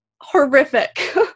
Horrific